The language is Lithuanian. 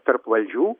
tarp valdžių